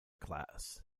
class